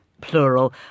plural